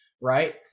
right